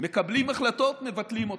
מקבלים החלטות, מבטלים אותן,